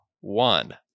One